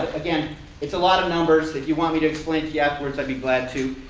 again it's a lot of numbers. if you want me to explain to you afterwards, i'd be glad to.